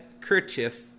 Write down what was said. kerchief